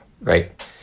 right